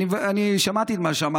אני שמעתי את מה שאמרת,